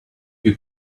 you